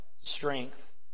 strength